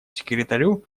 секретарю